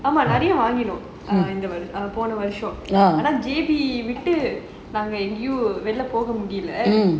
ஆமா நிறையா வாங்கினோம் போன வருஷம் ஆனா:aama niraiya vaanginom pona varusham aana J_B விட்டு வேற எங்கயும் போக முடில:vittu vera engayum poga mudila